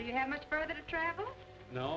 you know